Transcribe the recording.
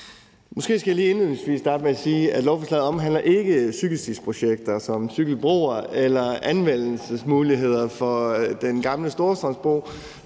Måske skal jeg lige indledningsvis starte med at sige, at lovforslaget ikke omhandler cykelstiprojekter som cykelbroer eller anvendelsesmuligheder for den gamle Storstrømsbro.